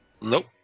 Nope